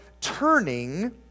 turning